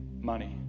money